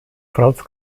franz